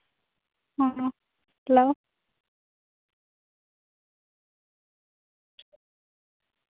ᱦᱮᱸ ᱦᱮᱞᱳ